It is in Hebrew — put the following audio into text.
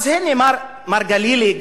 על זה אמר מר גלילי,